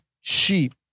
sheep